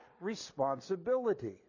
responsibility